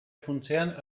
funtsean